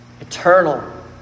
Eternal